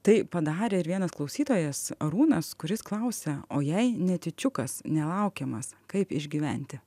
tai padarė ir vienas klausytojas arūnas kuris klausia o jei netyčiukas nelaukiamas kaip išgyventi